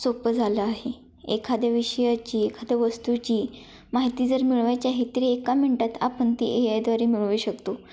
सोप्पं झालं आहे एखाद्या विषयाची एखाद्या वस्तूची माहिती जर मिळवायची आहे तरी एका मिनटात आपण ती ए आयद्वारे मिळवू शकतो